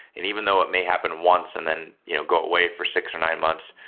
and even though it may happen once and then you know go away for six or nine months,